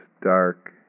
Dark